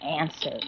answer